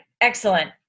Excellent